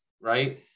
right